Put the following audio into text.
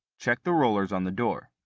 check the rollers on the door.